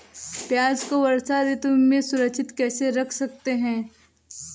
प्याज़ को वर्षा ऋतु में सुरक्षित कैसे रख सकते हैं?